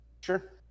Sure